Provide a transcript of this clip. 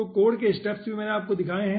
तो कोड के स्टेप्स भी मैंने बताए हैं